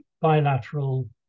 bilateral